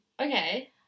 Okay